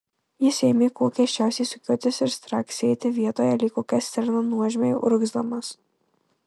jis ėmė kuo keisčiausiai sukiotis ir straksėti vietoje lyg kokia stirna nuožmiai urgzdamas